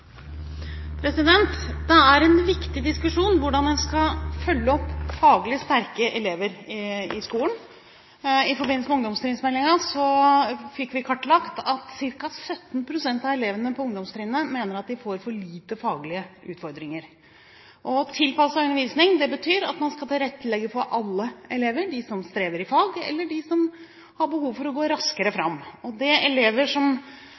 Hvordan en skal følge opp faglig sterke elever i skolen, er en viktig diskusjon. I forbindelse med ungdomstrinnsmeldingen fikk vi kartlagt at ca. 17 pst. av elevene på ungdomstrinnet mener at de får for lite faglige utfordringer. Tilpasset undervisning betyr at man skal tilrettelegge for alle elever – de som strever i fag, eller de som har behov for å gå raskere fram. Det som elever som